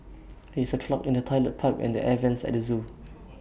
there is A clog in the Toilet Pipe and the air Vents at the Zoo